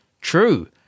true